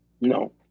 No